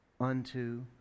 unto